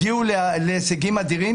הגיעו להישגים אדירים,